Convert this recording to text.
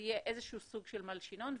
יהיה איזשהו סוג של מלשינון,